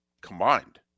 combined